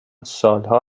سالها